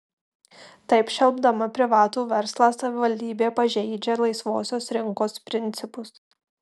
taip šelpdama privatų verslą savivaldybė pažeidžia laisvosios rinkos principus